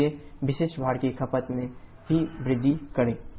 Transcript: इसलिए विशिष्ट भाप की खपत में भी वृद्धि करें